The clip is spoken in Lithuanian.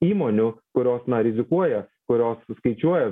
įmonių kurios na rizikuoja kurios skaičiuoja